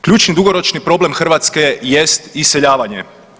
Ključni i dugoročni problem Hrvatske jest iseljavanje.